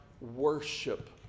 worship